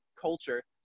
culture